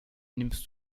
nimmst